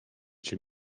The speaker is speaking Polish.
cię